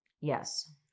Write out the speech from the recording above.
Yes